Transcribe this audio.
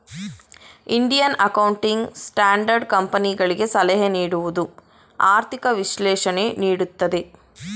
Indian accounting standard ಕಂಪನಿಗಳಿಗೆ ಸಲಹೆ ನೀಡುವುದು, ಆರ್ಥಿಕ ವಿಶ್ಲೇಷಣೆ ನೀಡುತ್ತದೆ